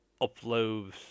upload